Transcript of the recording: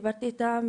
דיברתי איתם,